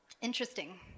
Interesting